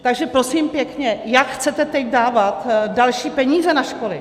Takže prosím pěkně, jak chcete teď dávat další peníze na školy?